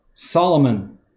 Solomon